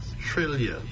trillion